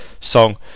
song